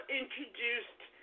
introduced